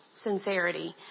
sincerity